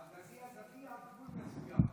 הדדי, הדדי עד גבול מסוים.